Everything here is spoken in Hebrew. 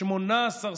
18 שרים.